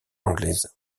anglaise